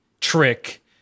trick